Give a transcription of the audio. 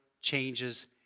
changes